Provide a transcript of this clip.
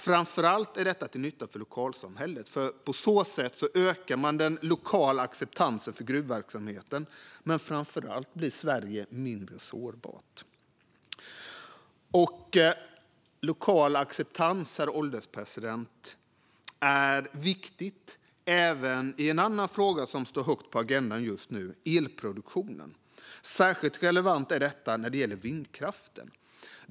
Framför allt är detta till nytta för lokalsamhället, för på så sätt ökar man den lokala acceptansen för gruvverksamheten. Sverige blir också mindre sårbart. Herr ålderspresident! Lokal acceptans är viktigt även i en annan fråga som står högt på agendan just nu: elproduktionen. Särskilt relevant är detta när det gäller vindkraften.